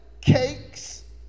cakes